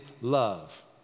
love